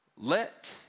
let